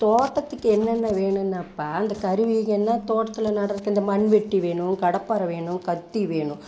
தோட்டத்துக்கு என்னென்ன வேணும்னாப்பா அந்த கருவிகள் என்ன தோட்டத்தில் நடுறதுக்கு இந்த மண்வெட்டி வேணும் கடப்பாரை வேணும் கத்தி வேணும்